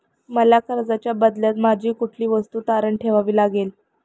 मला कर्जाच्या बदल्यात माझी कुठली वस्तू तारण ठेवावी लागेल का?